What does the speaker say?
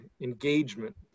engagement